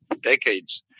decades